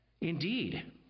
Indeed